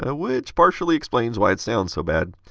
ah which partially explains why it sounds so bad.